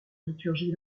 liturgie